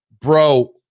bro